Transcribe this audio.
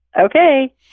Okay